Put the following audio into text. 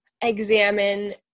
examine